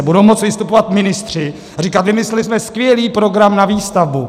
Budou moci vystupovat ministři a říkat: vymysleli jsme skvělý program na výstavbu.